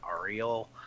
Ariel